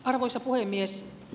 arvoisa puhemies